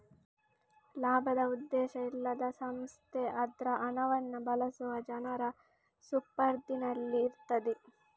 ಲಾಭದ ಉದ್ದೇಶ ಇಲ್ಲದ ಸಂಸ್ಥೆ ಅದ್ರ ಹಣವನ್ನ ಬಳಸುವ ಜನರ ಸುಪರ್ದಿನಲ್ಲಿ ಇರ್ತದೆ